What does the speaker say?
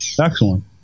Excellent